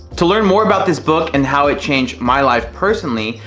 to learn more about this book and how it changed my life, personally,